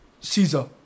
Caesar